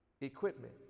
equipment